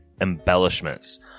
embellishments